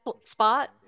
spot